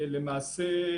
למעשה,